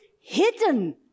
hidden